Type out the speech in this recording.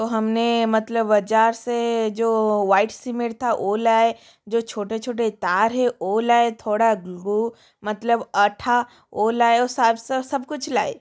तो हमने मतलब बाज़ार से जो व्हाइट सिमिर था वह लाए जो छोटे छोटे तार है वह लाए थोड़ा गु मतलब आटा वह लाए सबसे सब कुछ लाए